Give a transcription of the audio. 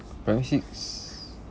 primary six